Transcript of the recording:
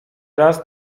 raz